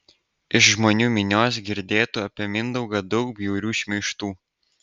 iš žmonių minios girdėtų apie mindaugą daug bjaurių šmeižtų